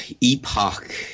epoch